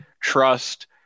trust